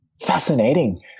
fascinating